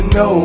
no